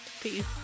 peace